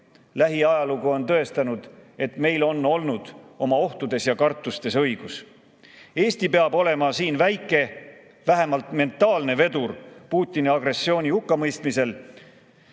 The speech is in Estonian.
Lähiajalugu on tõestanud, et meil on olnud oma ohtudes ja kartustes õigus. Eesti peab olema vähemalt mentaalne vedur Putini agressiooni hukkamõistmisel